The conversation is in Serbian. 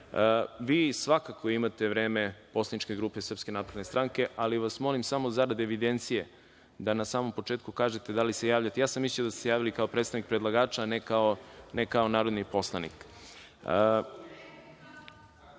svakako imate vreme poslaničke grupe SNS, ali vam molim, zarad evidencije, da na samom početku kažete da li se javljate… Ja sam mislio da ste se javili kao predstavnik predlagača, a ne kao narodni poslanika.(Nemanja